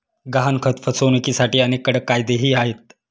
गहाणखत फसवणुकीसाठी अनेक कडक कायदेही आहेत